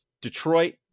Detroit